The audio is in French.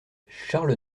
charles